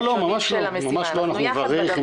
לא, לא, ממש לא, אנחנו ביחד.